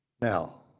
Now